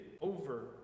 over